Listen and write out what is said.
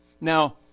Now